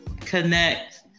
connect